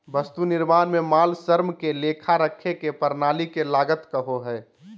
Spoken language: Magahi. वस्तु निर्माण में माल, श्रम के लेखा रखे के प्रणाली के लागत कहो हइ